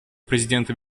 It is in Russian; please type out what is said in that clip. президента